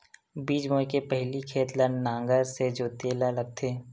बीज बोय के पहिली खेत ल नांगर से जोतेल लगथे?